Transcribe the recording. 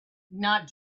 not